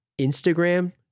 Instagram